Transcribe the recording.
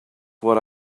what